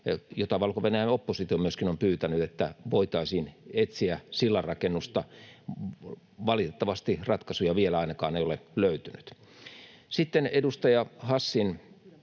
Valko-Venäjän oppositio myöskin on pyytänyt, että voitaisiin etsiä sillanrakennusta. Valitettavasti ratkaisuja vielä ainakaan ei ole löytynyt. Sitten edustaja Hassin